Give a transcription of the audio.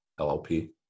LLP